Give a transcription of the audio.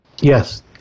Yes